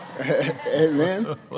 Amen